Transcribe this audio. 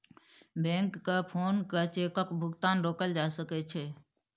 बैंककेँ फोन कए चेकक भुगतान रोकल जा सकै छै